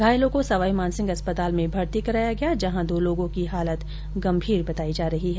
घायलों को सवाई मान सिंह अस्पताल में भर्ती कराया गया जहां दो लोगों की हालत गंभीर बताई जा रही हैं